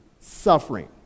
suffering